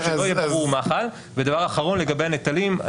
ודבר אחרון לגבי הנטלים,